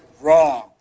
wrong